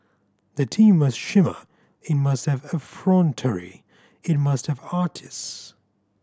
the team must shimmer it must have effrontery it must have artist